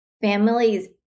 families